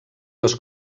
les